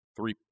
three